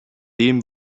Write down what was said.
dem